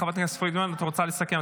חברת הכנסת פרידמן, את רוצה לסכם?